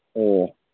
ꯑꯣ